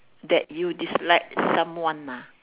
that you dislike someone ah